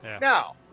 Now